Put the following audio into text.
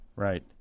Right